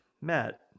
Matt